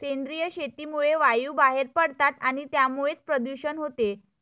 सेंद्रिय शेतीमुळे वायू बाहेर पडतात आणि त्यामुळेच प्रदूषण होते